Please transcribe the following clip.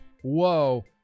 Whoa